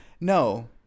No